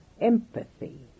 empathy